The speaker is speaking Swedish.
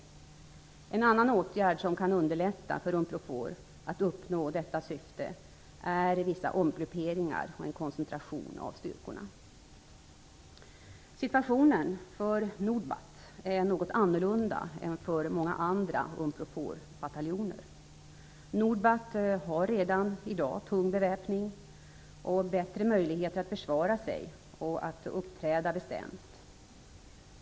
En annan åtgärd som kan underlätta för Unprofor att uppnå detta syfte är vissa omgrupperingar och en koncentration av styrkorna. Situationen för Nordbat är något annorlunda än för många andra Unproforbataljoner. Nordbat har redan i dag tung beväpning och bättre möjligheter att försvara sig och att uppträda bestämt.